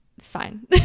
fine